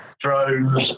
drones